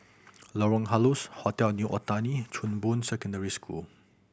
Lorong Halus Hotel New Otani Chong Boon Secondary School